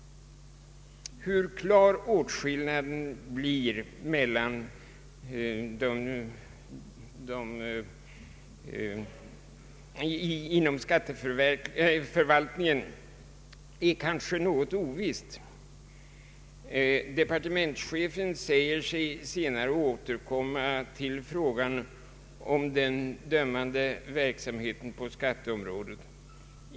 Hur klar åtskillnaden mellan den fiskala och den dömande verksamheten blir inom skatteförvaltningen är kanske något ovisst. Departementschefen säger sig senare återkomma till frågan om den dömande verksamheten på skatteområdet.